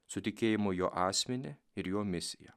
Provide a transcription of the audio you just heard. su tikėjimu jo asmenį ir jo misiją